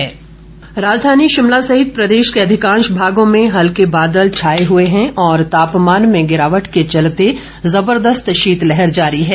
मौसम राजधानी शिमला सहित प्रदेश के अधिकांश भागों में हल्के बादल छाए हुए हैं और तापमान में गिरावट के चलते जबरदस्त शीतलहर जारी है